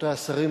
רבותי השרים,